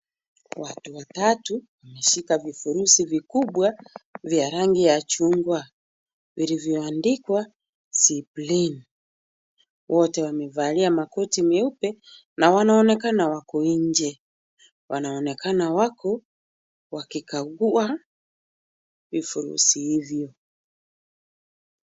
Watu watatu wameshika vifurushi vikubwa vya rangi ya chungwa vilivyoandikwa Zipline. Wote wamevalia makoti meupe na wanaonekana wako nje. Wanaonekana wako wakikagua vifurushi hivyo.